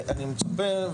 אני מצפה,